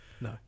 No